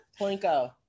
Plinko